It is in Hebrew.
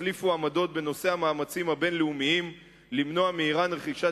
החליפו עמדות בנושא המאמצים הבין-לאומיים למנוע מאירן רכישת